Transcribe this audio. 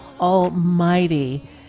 almighty